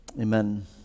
Amen